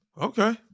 Okay